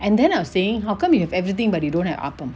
and then I'm saying how come you have everything but you don't have appam